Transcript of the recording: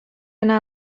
yna